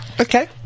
Okay